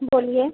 बोलिए